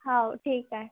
हो ठीक आहे